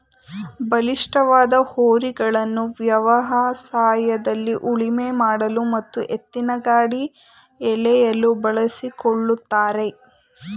ಬಲಿಷ್ಠವಾದ ಹೋರಿಗಳನ್ನು ವ್ಯವಸಾಯದಲ್ಲಿ ಉಳುಮೆ ಮಾಡಲು ಮತ್ತು ಎತ್ತಿನಗಾಡಿ ಎಳೆಯಲು ಬಳಸಿಕೊಳ್ಳುತ್ತಾರೆ